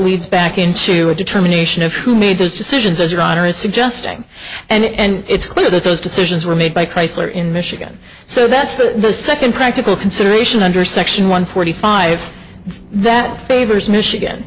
leads back into a determination of who made those decisions as your honor is suggesting and it's clear that those decisions were made by chrysler in michigan so that's the second practical consideration under section one forty five that favors michigan